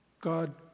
God